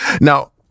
Now